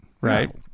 Right